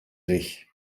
sich